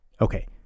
Okay